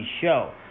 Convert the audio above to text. show